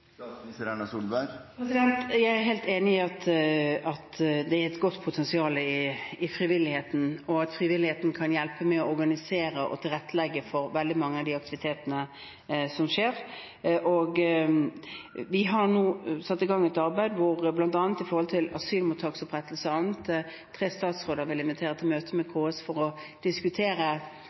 Jeg er helt enig i at det er et stort potensial i frivilligheten, og at frivilligheten kan hjelpe til med å organisere og tilrettelegge for veldig mange av de aktivitetene som skjer. Vi har nå satt i gang et arbeid, bl.a. når det gjelder asylmottaksopprettelse og annet, hvor tre statsråder vil invitere KS til møte for å diskutere